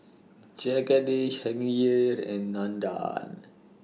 Jagadish Hangirr and Nandan